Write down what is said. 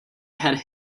had